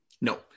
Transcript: No